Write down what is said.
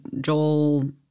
Joel